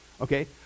okay